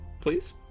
Please